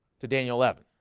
to daniel eleven